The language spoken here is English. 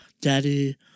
daddy